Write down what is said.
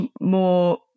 more